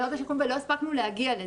ועדת השחרורים, ולא הספקנו להגיע לזה.